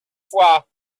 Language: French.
fois